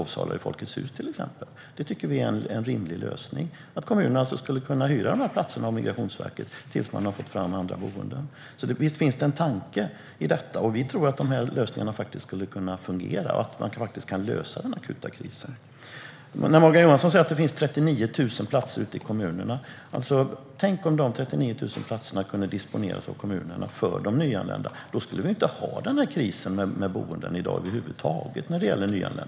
Vi tycker att det vore en rimlig lösning att kommunerna skulle kunna hyra de här platserna av Migrationsverket tills de har fått fram andra boenden. Det finns alltså en tanke i detta. Vi tror att de här lösningarna faktiskt skulle kunna fungera och lösa den akuta krisen. Morgan Johansson säger att det finns 39 000 platser ute i kommunerna. Tänk om de 39 000 platserna kunde disponeras av kommunerna för de nyanlända! Då skulle vi inte ha den här krisen i dag med boenden för nyanlända över huvud taget.